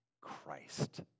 Christ